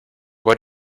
what